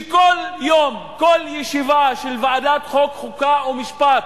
שכל יום, כל ישיבה של ועדת חוקה, חוק ומשפט